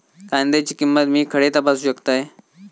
कांद्याची किंमत मी खडे तपासू शकतय?